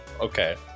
okay